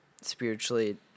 spiritually